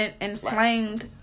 inflamed